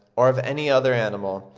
or of any other animal,